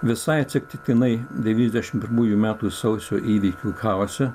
visai atsitiktinai devyniasdešimt pirmųjų metų sausio įvykių chaose